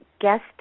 guest